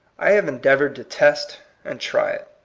i have endeavored to test and try it.